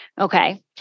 Okay